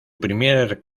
primer